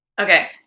Okay